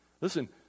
Listen